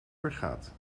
vergaat